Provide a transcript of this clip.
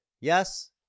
Yes